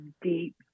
deep